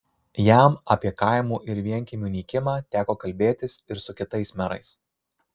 jam apie kaimų ir vienkiemių nykimą teko kalbėtis ir su kitais merais